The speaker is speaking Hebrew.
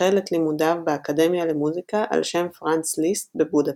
החל את לימודיו באקדמיה למוזיקה ע"ש פרנץ ליסט בבודפשט.